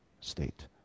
state